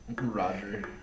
Roger